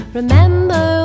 Remember